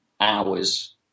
hours